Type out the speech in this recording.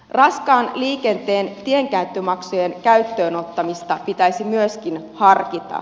raskaan liikenteen tienkäyttömaksujen käyttöön ottamista pitäisi myöskin harkita